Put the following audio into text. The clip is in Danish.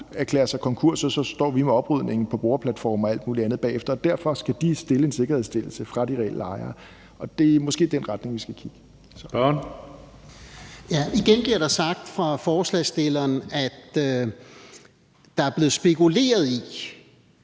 erklære sig konkurs, og så står vi med oprydningen på boreplatforme og alt muligt andet bagefter; derfor skal der være en sikkerhedsstillelse fra de reelle ejeres side. Det er måske i den retning, vi skal kigge. Kl. 18:41 Tredje næstformand (Karsten Hønge): Spørgeren.